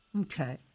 Okay